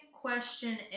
question